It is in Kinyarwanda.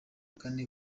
kane